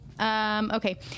Okay